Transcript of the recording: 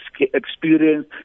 experience